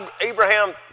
Abraham